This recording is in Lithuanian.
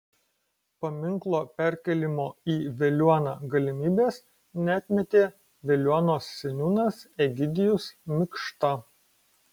paminklo perkėlimo į veliuoną galimybės neatmetė veliuonos seniūnas egidijus mikšta